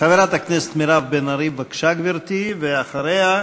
חברת הכנסת מירב בן ארי, בבקשה, גברתי, ואחריה,